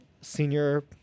senior